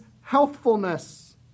healthfulness